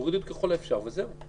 תורידו את "ככל האפשר" וזהו.